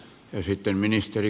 arvoisa puhemies